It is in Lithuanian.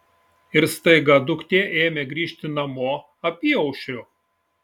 ir staiga duktė ėmė grįžti namo apyaušriu